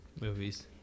movies